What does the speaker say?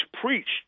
preached